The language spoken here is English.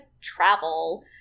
travel